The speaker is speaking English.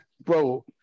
bro